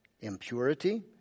impurity